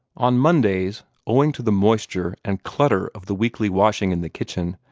on mondays, owing to the moisture and clutter of the weekly washing in the kitchen,